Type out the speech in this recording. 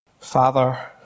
Father